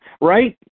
right